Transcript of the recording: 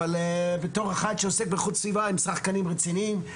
אבל בתור אחד שעוסק באיכות סביבה הם שחקנים רציניים,